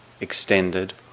extended